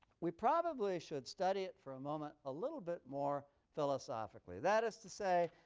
we probably should study it for a moment a little bit more philosophically. that is to say,